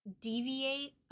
deviate